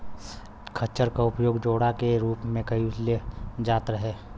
खच्चर क उपयोग जोड़ा के रूप में कैईल जात रहे